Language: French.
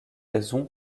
raison